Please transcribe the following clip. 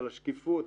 על השקיפות.